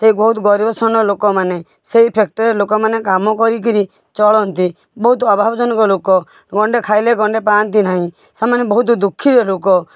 ସେ ବହୁତ ଗରିବ ଶ୍ରେଣୀର ଲୋକମାନେ ସେଇ ଫ୍ୟାକ୍ଟରୀରେ ଲୋକମାନେ କାମ କରିକିରି ଚଳନ୍ତି ବହୁତ ଅଭାବ ଜନକ ଲୋକ ଗଣ୍ଡେ ଖାଇଲେ ଗଣ୍ଡେ ପାଆନ୍ତି ନାହିଁ ସେମାନେ ବହୁତ ଦୁଃଖୀ ଲୋକ